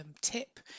tip